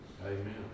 Amen